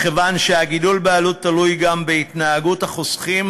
מכיוון שהגידול בעלות תלוי גם בהתנהגות החוסכים